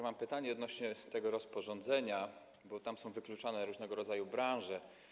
Mam pytanie odnośnie do tego rozporządzenia, bo tam są wykluczane różnego rodzaju branże.